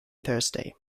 thursday